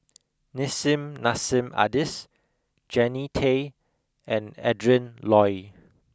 Nissim Nassim Adis Jannie Tay and Adrin Loi